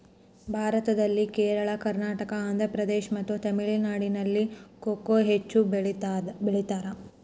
ಭಾರತದಲ್ಲಿ ಕೇರಳ, ಕರ್ನಾಟಕ, ಆಂಧ್ರಪ್ರದೇಶ್ ಮತ್ತು ತಮಿಳುನಾಡಿನಲ್ಲಿ ಕೊಕೊ ಹೆಚ್ಚು ಬೆಳಿತಾರ?